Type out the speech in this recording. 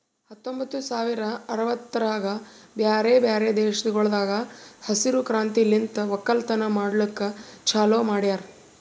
ಹತ್ತೊಂಬತ್ತು ಸಾವಿರ ಅರವತ್ತರಾಗ್ ಬ್ಯಾರೆ ಬ್ಯಾರೆ ದೇಶಗೊಳ್ದಾಗ್ ಹಸಿರು ಕ್ರಾಂತಿಲಿಂತ್ ಒಕ್ಕಲತನ ಮಾಡ್ಲುಕ್ ಚಾಲೂ ಮಾಡ್ಯಾರ್